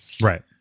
right